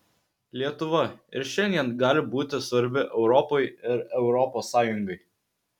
lietuva ir šiandien gali būti svarbi europai ir europos sąjungai